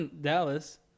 Dallas